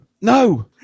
No